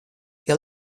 hja